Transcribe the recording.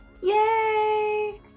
Yay